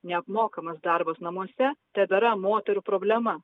neapmokamas darbas namuose tebėra moterų problema